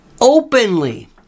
openly